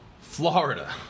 Florida